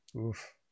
Oof